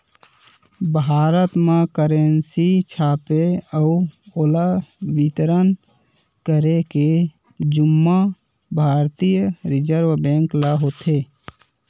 भारत म करेंसी छापे अउ ओला बितरन करे के जुम्मा भारतीय रिजर्व बेंक ल होथे